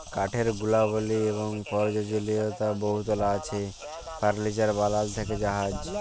কাঠের গুলাবলি এবং পরয়োজলীয়তা বহুতলা আছে ফারলিচার বালাল থ্যাকে জাহাজ